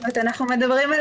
אנחנו מדברים על